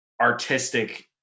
artistic